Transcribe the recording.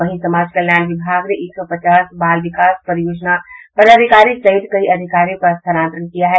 वहीं समाज कल्याण विभाग ने एक सौ पचास बाल विकास परियोजना पदाधिकारी सहित कई अधिकारियों का स्थानांतरण किया है